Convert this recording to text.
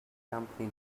company